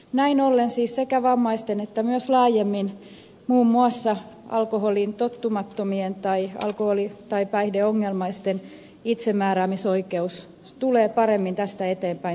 näin ollen siis sekä vammaisten että myös laajemmin muun muassa alkoholiin tottumattomien tai alkoholi tai päihdeongelmaisten itsemääräämisoikeus tulee paremmin tästä eteenpäin suojattua